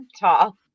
tall